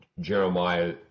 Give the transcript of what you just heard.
Jeremiah